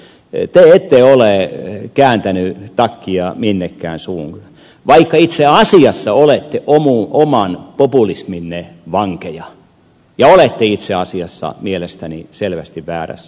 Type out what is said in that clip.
te ette ole kääntäneet takkia minnekään suuntaan vaikka itse asiassa olette oman populisminne vankeja ja olette itse asiassa mielestäni selvästi väärässä